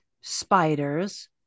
spiders